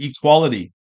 equality